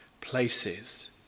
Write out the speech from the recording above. places